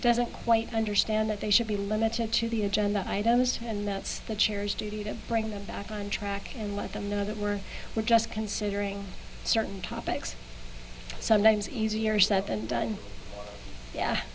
doesn't quite understand that they should be limited to the agenda items and that's the chair is to do to bring them back on track and let them know that we're we're just considering certain topics sometimes easier said than done ea